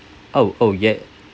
oh oh ya